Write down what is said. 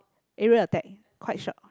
aerial attack quite short